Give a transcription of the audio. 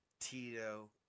Tito